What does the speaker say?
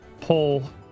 pull